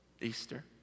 Easter